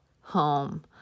home